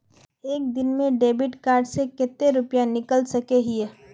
एक दिन में डेबिट कार्ड से कते रुपया निकल सके हिये?